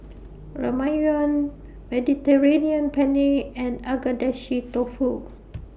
Ramyeon Mediterranean Penne and Agedashi Dofu